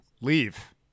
leave